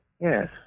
Yes